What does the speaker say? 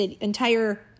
entire